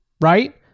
right